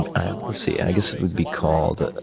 and see, i guess it would be called